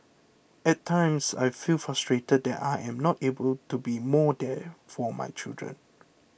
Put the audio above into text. at times I feel frustrated that I am not able to be more there for my children